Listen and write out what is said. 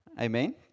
Amen